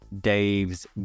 dave's